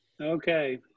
Okay